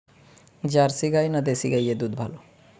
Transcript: Jersey গাই না দেশী গাইয়ের দুধ ভালো?